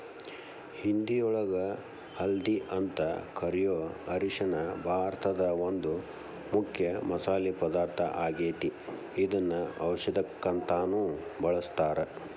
ಹಿಂದಿಯೊಳಗ ಹಲ್ದಿ ಅಂತ ಕರಿಯೋ ಅರಿಶಿನ ಭಾರತದ ಒಂದು ಮುಖ್ಯ ಮಸಾಲಿ ಪದಾರ್ಥ ಆಗೇತಿ, ಇದನ್ನ ಔಷದಕ್ಕಂತಾನು ಬಳಸ್ತಾರ